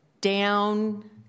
down